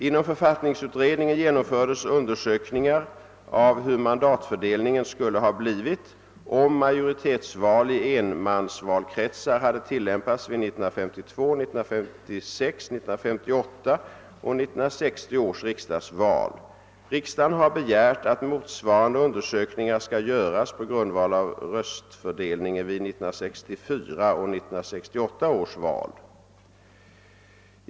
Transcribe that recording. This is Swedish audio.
Inom författningsutredningen genomfördes undersökningar av hur mandatfördelningen skulle ha blivit, om majoritetsval i enmansvalkretsar hade tilllämpats vid 1952, 1956, 1958 och 1960 års riksdagsval. Riksdagen har begärt att motsvarande undersökningar skall göras på grundval av röstfördelningen vid 1964 och 1968 års val.